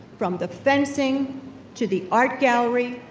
from the fencing to the art gallery,